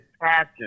passion